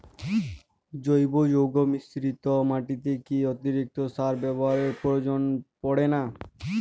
জৈব যৌগ মিশ্রিত মাটিতে কি অতিরিক্ত সার ব্যবহারের প্রয়োজন পড়ে না?